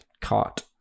caught